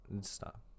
stop